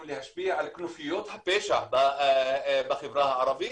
להשפיע על כנופיות הפשע בחברה הערבית.